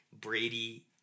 Brady